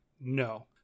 No